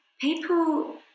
People